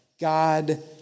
God